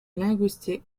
linguistique